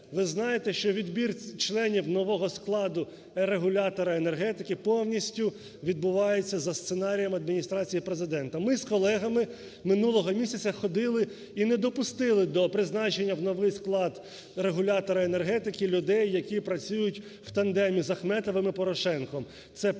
ви знаєте, що відбір членів нового складу регулятора енергетики повністю відбувається за сценарієм Адміністрації Президента. Ми з колегами минулого місяця ходили і не допустили до призначення в новий склад регулятора енергетики людей, які працюють у тандемі з Ахметовим і Порошенком – це пан